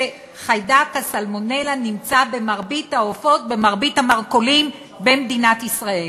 שחיידק הסלמונלה נמצא במרבית העופות במרבית המרכולים במדינת ישראל.